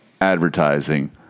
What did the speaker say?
advertising